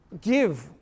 give